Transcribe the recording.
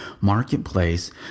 marketplace